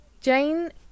Jane